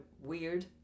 weird